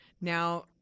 Now